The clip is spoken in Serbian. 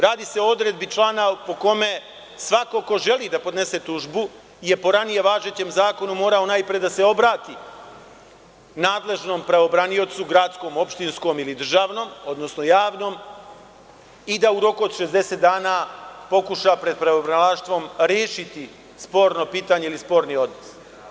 Radi se o odredbi člana po kome svako ko želi da podnese tužbu je po ranije važećem zakonu moraju da se obrati nadležnom pravobraniocu u gradskom, opštinskom ili državnom, odnosno javnom, i da u roku od 60 dana pokuša pred pravobranilaštvom rešiti sporno pitanje ili sporni odnos.